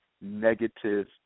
negative